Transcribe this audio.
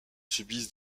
subissent